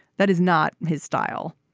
that is not his style.